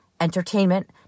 entertainment